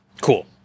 Cool